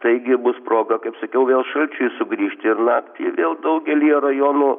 taigi bus proga kaip sakiau vėl šalčiui sugrįžti ir naktį vėl daugelyje rajonų